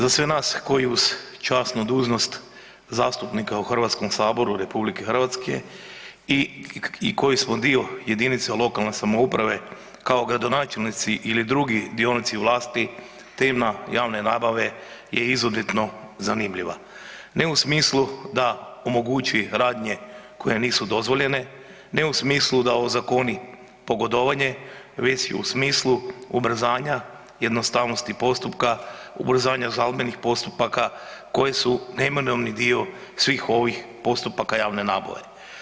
Za sve nas koji uz časnu dužnost zastupnika u Hrvatskom saboru Republike Hrvatske i koji smo dio jedinica lokalne samouprave kao gradonačelnici ili drugi dionici vlasti tema javne nabave je izuzetno zanimljiva ne u smislu da omogući radnje koje nisu dozvoljene, ne u smislu da ozakoni pogodovanje, već u smislu ubrzanja, jednostavnosti postupka, ubrzanja žalbenih postupaka koji su neminovni dio svih ovih postupaka javne nabave.